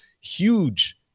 huge